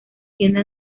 tienda